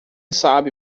sabe